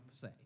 say